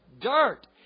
dirt